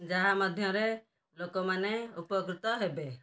ଯାହା ମଧ୍ୟରେ ଲୋକମାନେ ଉପକୃତ ହେବେ